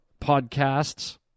podcasts